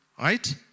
right